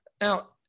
Now